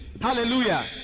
Hallelujah